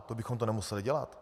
To bychom to nemuseli dělat.